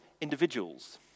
individuals